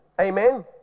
Amen